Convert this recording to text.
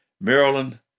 Maryland